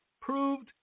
proved